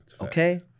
okay